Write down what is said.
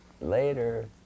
Later